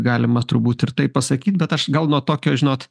galima turbūt ir taip pasakyt bet aš gal nuo tokio žinot